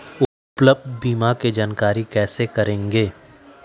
उपलब्ध बीमा के जानकारी कैसे करेगे?